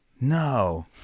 No